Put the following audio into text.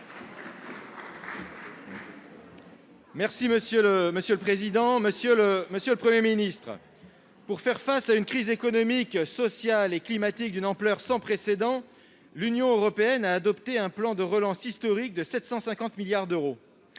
Ma question s'adresse à M. le Premier ministre. Pour faire face à une crise économique, sociale et climatique d'une ampleur sans précédent, l'Union européenne a adopté un plan de relance historique de 750 milliards d'euros.